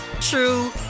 true